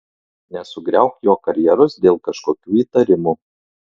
nesugriauk jo karjeros dėl kažkokių įtarimų